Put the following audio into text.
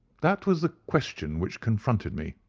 that was the question which confronted me.